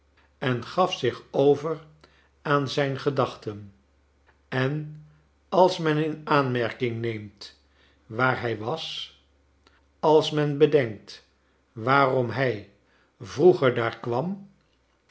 en gaf zich over aan zijn gedachten en als men in aanmerking neemt waar hij was als men bedenkt waarom hij vrceger daar kwam